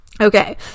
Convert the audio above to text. Okay